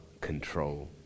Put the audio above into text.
control